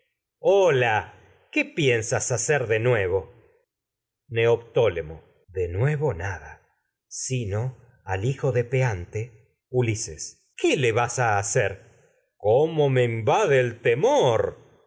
hola qué piensas hacer de neoptólemo peante ulises temor de nuevo nada sino al hijo de qué le vas a hacer cómo me invade el